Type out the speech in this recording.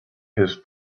his